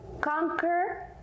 conquer